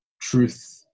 truth